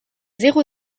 zéro